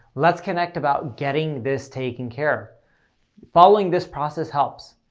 let's connect about getting this taken care following this process helps.